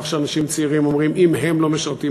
שאנשים צעירים אומרים: אם הם לא משרתים,